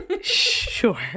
Sure